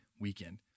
weekend